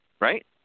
Right